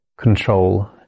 control